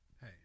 Hey